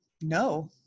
No